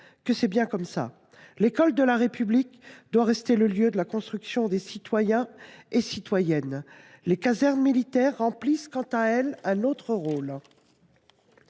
Et c’est bien comme cela : l’école de la République doit rester le lieu de la construction des citoyens et citoyennes. Les casernes militaires remplissent quant à elles un autre rôle.